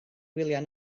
gwyliau